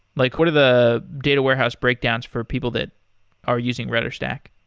like what are the data warehouse breakdowns for people that are using rudderstack?